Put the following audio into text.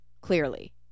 clearly